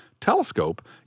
telescope